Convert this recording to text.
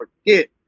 forget